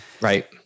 right